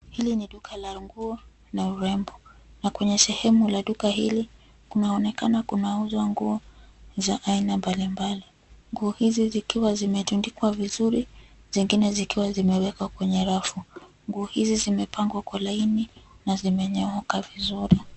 Hili ni duka la nguo na urembo, na kwenye sehemu la duka hili kuna kunauzwa nguo za aina mbalimbali. Nguo hizi zikiwa zimetundikwa vizuri zingine zikiwa kwenye rafu, nguo hizi zimepangwa kwa laini na zimenyooka vizuri.